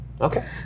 Okay